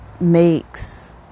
makes